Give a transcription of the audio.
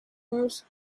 earth